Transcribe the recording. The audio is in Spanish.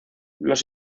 los